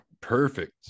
perfect